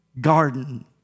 garden